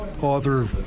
author